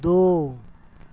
दो